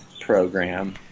program